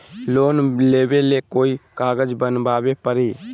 Loan लेबे ले कोई कागज बनाने परी?